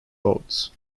boats